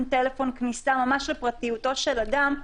כמה נמצאו נכונים?